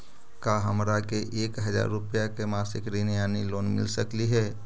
का हमरा के एक हजार रुपया के मासिक ऋण यानी लोन मिल सकली हे?